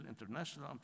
international